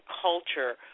culture